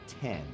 ten